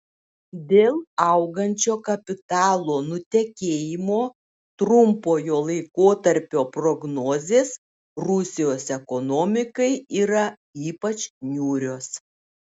dėl augančio kapitalo nutekėjimo trumpojo laikotarpio prognozės rusijos ekonomikai yra ypač niūrios